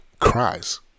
cries